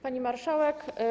Pani Marszałek!